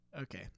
Okay